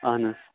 اَہَن حظ